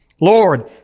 Lord